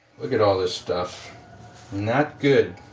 look at all this stuff not good